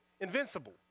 invincible